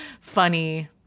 funny